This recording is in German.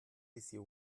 visier